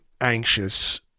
anxious